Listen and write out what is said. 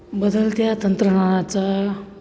बदलत्या तंत्रज्ञानाचा